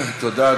תודה,